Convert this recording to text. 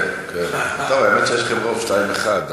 כן, האמת שיש לכם רוב, שניים אחד.